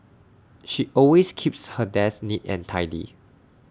she always keeps her desk neat and tidy